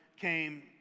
came